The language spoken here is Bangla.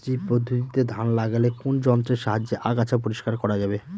শ্রী পদ্ধতিতে ধান লাগালে কোন যন্ত্রের সাহায্যে আগাছা পরিষ্কার করা যাবে?